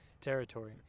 territory